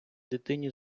дитині